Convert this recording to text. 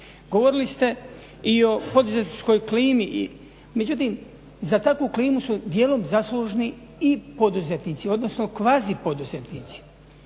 Govorili ste i o poduzetničkoj klimi, međutim za takvu klimu su dijelom zaslužni i poduzetnici, odnosno kvazi poduzetnici